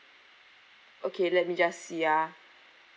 okay let me just see ah